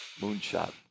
Moonshot